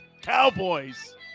Cowboys